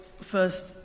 first